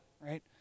right